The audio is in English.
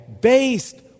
based